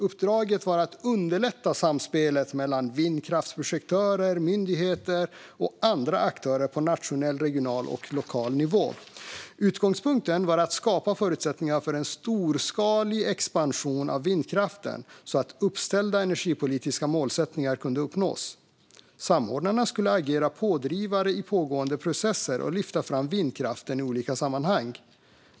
Uppdraget var att underlätta samspelet mellan vindkraftsprojektörer, myndigheter och andra aktörer på nationell, regional och lokal nivå. Utgångspunkten var att skapa förutsättningar för en storskalig expansion av vindkraften så att uppställda energipolitiska målsättningar kunde uppnås. Samordnarna skulle agera pådrivare i pågående processer och lyfta fram vindkraften i olika sammanhang.